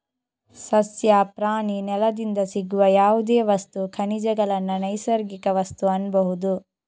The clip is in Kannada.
ಸಸ್ಯ, ಪ್ರಾಣಿ, ನೆಲದಿಂದ ಸಿಗುವ ಯಾವುದೇ ವಸ್ತು, ಖನಿಜಗಳನ್ನ ನೈಸರ್ಗಿಕ ವಸ್ತು ಅನ್ಬಹುದು